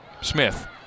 Smith